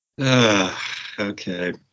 Okay